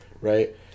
right